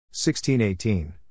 16-18